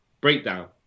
breakdown